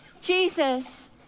Jesus